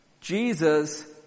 Jesus